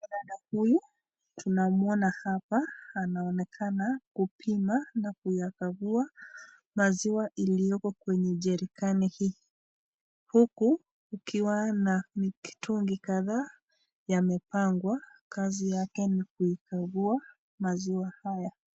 Mwanadada huyu tunamwona hapa anaonekana kupima na kuyakaguwa maziwa iliyoko kwenye jericani hii, huku kukiwa na mitungi kadhaa yamepangwa kazi yake ni kuikaguwa maziwa haya.